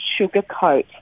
sugarcoat